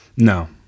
No